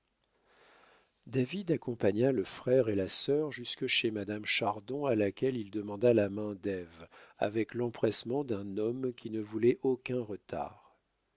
david accompagna le frère et la sœur jusque chez madame chardon à laquelle il demanda la main d'ève avec l'empressement d'un homme qui ne voulait aucun retard